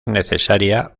necesaria